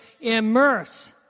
immerse